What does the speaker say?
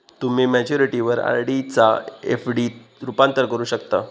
तुम्ही मॅच्युरिटीवर आर.डी चा एफ.डी त रूपांतर करू शकता